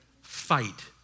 fight